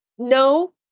no